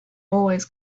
always